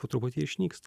po truputį išnyksta